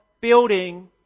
building